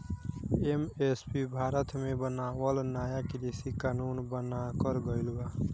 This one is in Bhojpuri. एम.एस.पी भारत मे बनावल नाया कृषि कानून बनाकर गइल बा